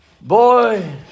Boy